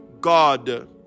God